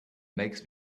makes